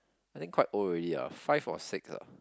I think quite old already ah five or six ah